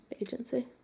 Agency